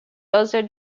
other